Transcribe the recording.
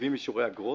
מחייבים אישורי אגרות.